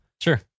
Sure